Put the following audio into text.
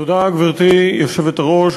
גברתי היושבת-ראש,